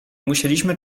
musieliśmy